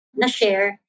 na-share